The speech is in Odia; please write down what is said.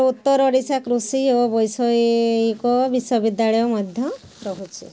ଉତ୍ତର ଓଡ଼ିଶା କୃଷି ଓ ବୈଷୟିକ ବିଶ୍ୱବିଦ୍ୟାଳୟ ମଧ୍ୟ ରହୁଛି